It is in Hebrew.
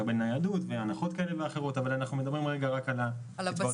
מקבל ניידות והנחות כאלה ואחרות אבל אנחנו מדברים רק על הבסיס.